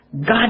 God